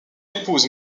épouse